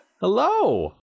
Hello